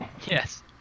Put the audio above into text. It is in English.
Yes